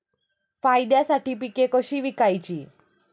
फायद्यासाठी पिके कशी विकायची?